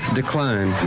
decline